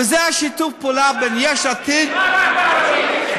וזה שיתוף הפעולה בין יש עתיד, מה רע בערבים?